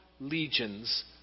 legions